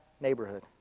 neighborhood